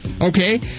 Okay